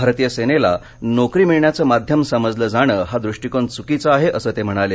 भारतीय सेनेला नोकरी मिळण्याचं माध्यम समजलं जाणं हा दृष्टिकोण च्कीचा आहे असं ते म्हणाले